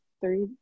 three